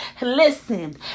listen